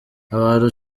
abantu